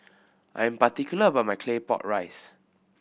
I am particular about my Claypot Rice